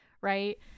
Right